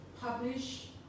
publish